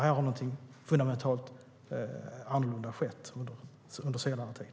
Här har någonting fundamentalt annorlunda skett under senare tid.